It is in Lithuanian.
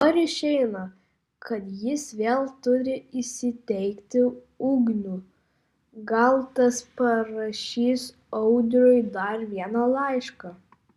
dabar išeina kad jis vėl turi įsiteikti ugniui gal tas parašys audriui dar vieną laišką